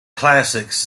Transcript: classics